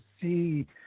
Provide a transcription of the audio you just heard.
see